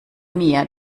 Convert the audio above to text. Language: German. mir